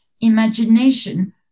Imagination